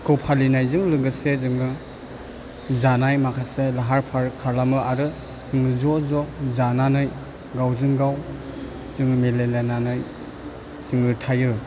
खौ फालिनायजों लोगोसे जोङो जानाय माखासे लाहार फाहार खालामो आरो ज' ज' जानानै गावजों गाव जोङो मिलायलायनानै जोङो थायो